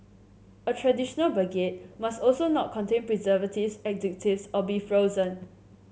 a traditional baguette must also not contain preservatives additives or be frozen